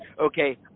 okay